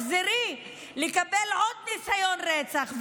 ותחזור לקבל עוד ניסיון רצח,